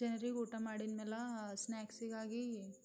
ಜನರಿಗೆ ಊಟ ಮಾಡಿದ್ಮೇಲೆ ಸ್ನ್ಯಾಕ್ಸಿಗಾಗಿ